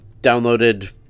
downloaded